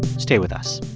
stay with us